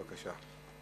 בבקשה.